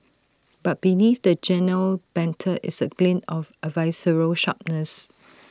but beneath the genial banter is A glint of A visceral sharpness